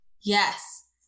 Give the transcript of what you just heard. Yes